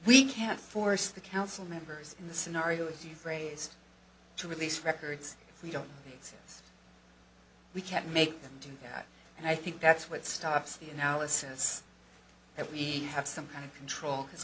we can't force the council members in the scenario as you phrased to release records if we don't we can't make them and i think that's what stops the analysis that we have some kind of control because